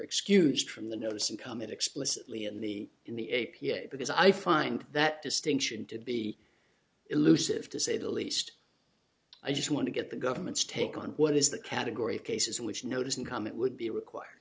excused from the notice and come it explicitly in the in the a p a because i find that distinction to be elusive to say the least i just want to get the government's take on what is the category of cases in which notice and comment would be required